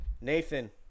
Nathan